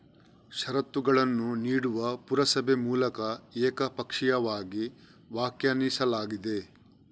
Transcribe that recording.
ಷರತ್ತುಗಳನ್ನು ನೀಡುವ ಪುರಸಭೆ ಮೂಲಕ ಏಕಪಕ್ಷೀಯವಾಗಿ ವ್ಯಾಖ್ಯಾನಿಸಲಾಗಿದೆ